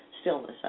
stillness